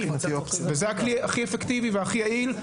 זה הכלי הכי אפקטיבי והכי יעיל.